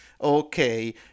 Okay